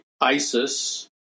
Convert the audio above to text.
Isis